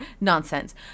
nonsense